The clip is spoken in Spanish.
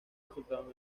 resultaron